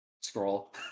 scroll